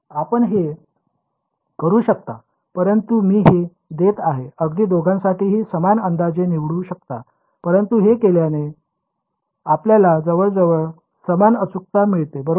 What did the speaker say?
आपण हे करू शकता परंतु मी हे देत आहे अगदी दोघांसाठीही समान अंदाजे निवडू शकता परंतु हे असे केल्याने आपल्याला जवळजवळ समान अचूकता मिळते बरोबर